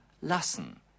lassen